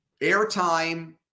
airtime